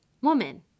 woman